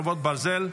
חרבות ברזל)